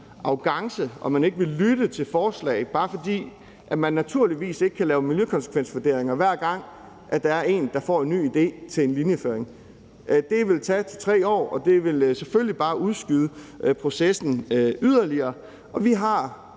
arrogance og at man ikke vil lytte til forslag, fordi man naturligvis ikke kan lave miljøkonsekvensvurderinger, hver gang der er en, der får en ny idé til en linjeføring. Det vil tage 3 år, og det vil selvfølgelig bare udskyde processen yderligere. Vi har